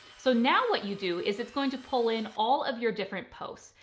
so now what you do is it's going to pull in all of your different posts.